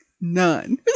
None